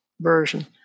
version